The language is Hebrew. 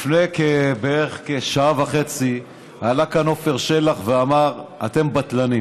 לפני בערך שעה וחצי עלה לכאן עפר שלח ואמר: אתם בטלנים,